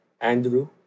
Andrew